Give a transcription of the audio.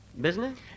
Business